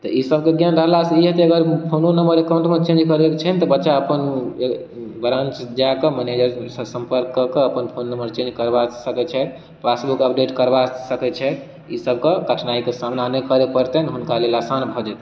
तऽ इसब के ज्ञान रहला सँ ई हेतै अगर फोनो नम्बर अकाउंटमे चेंज करे के छै ने तऽ बच्चा अपन ब्रांच जाके मनेजर सँ संपर्क कऽ कऽ अपन फोन नम्बर चेंज करबा सकै छै पासबुक अपडेट करबा सकै छै ई सब के कठिनाइ के समाना नहि करे परतनि हुनका लेल आसान भऽ जेत